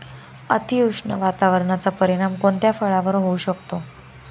अतिउष्ण वातावरणाचा परिणाम कोणत्या फळावर होऊ शकतो?